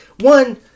one